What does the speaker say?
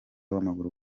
w’amaguru